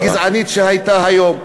הגזענית שהייתה היום,